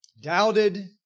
doubted